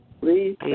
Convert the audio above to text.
Please